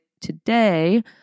Today